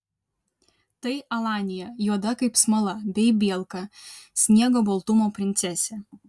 tai alanija juoda kaip smala bei bielka sniego baltumo princesė